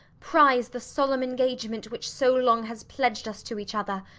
prize the solemn engagement which so long has pledged us to each other,